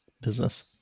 business